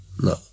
No